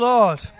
Lord